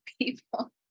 people